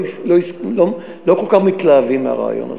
לא כל כך מתלהבים מהרעיון הזה.